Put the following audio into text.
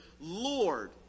Lord